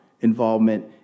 involvement